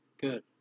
Good